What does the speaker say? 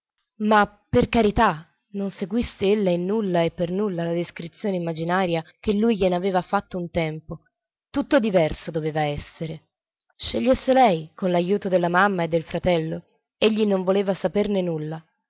ma per carità non seguisse ella in nulla e per nulla la descrizione immaginaria che lui gliene aveva fatta un tempo tutto diverso doveva essere scegliesse lei con l'ajuto della mamma e del fratello egli non voleva saperne nulla